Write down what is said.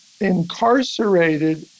incarcerated